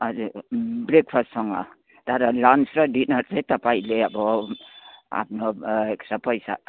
हजुर ब्रेकफास्टसँग तर लन्च र डिनर चाहिँ तपाईँले अब आफ्नो एक्स्ट्रा पैसा